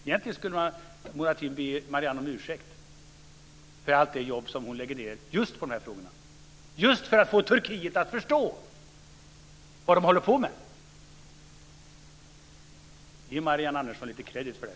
Egentligen skulle Murad Artin be Marianne om ursäkt med tanke på allt det jobb hon lägger ned på de här frågorna, just för att få Turkiet att förstå vad man håller på med. Ge Marianne Andersson lite credit för det!